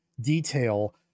detail